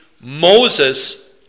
Moses